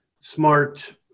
smart